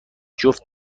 جفت